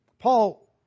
Paul